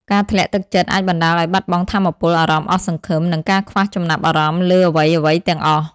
ការធ្លាក់ទឹកចិត្តអាចបណ្តាលឱ្យបាត់បង់ថាមពល អារម្មណ៍អស់សង្ឃឹម និងការខ្វះចំណាប់អារម្មណ៍លើអ្វីៗទាំងអស់។